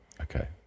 okay